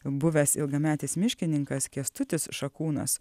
buvęs ilgametis miškininkas kęstutis šakūnas